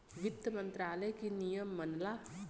वित्त मंत्रालय के नियम मनला